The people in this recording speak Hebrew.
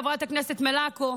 חברת הכנסת מלקו,